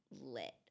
lit